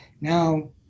Now